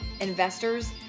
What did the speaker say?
investors